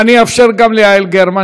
ואני אאפשר גם ליעל גרמן,